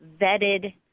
vetted